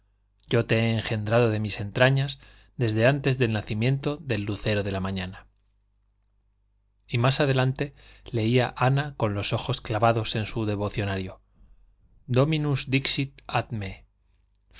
yo te he engendrado de mis entrañas desde antes del nacimiento del lucero de la mañana y más adelante leía ana con los ojos clavados en su devocionario dominus